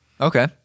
Okay